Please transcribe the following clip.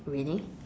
really